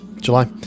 July